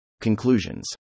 Conclusions